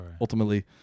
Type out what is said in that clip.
ultimately